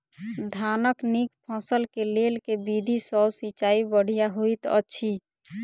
धानक नीक फसल केँ लेल केँ विधि सँ सिंचाई बढ़िया होइत अछि?